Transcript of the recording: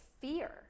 fear